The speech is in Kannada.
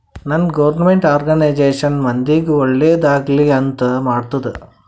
ನಾನ್ ಗೌರ್ಮೆಂಟ್ ಆರ್ಗನೈಜೇಷನ್ ಮಂದಿಗ್ ಒಳ್ಳೇದ್ ಆಗ್ಲಿ ಅಂತ್ ಮಾಡ್ತುದ್